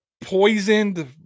poisoned